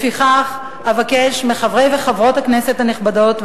לפיכך אבקש מחברי וחברות הכנסת הנכבדים